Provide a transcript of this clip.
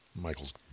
Michael's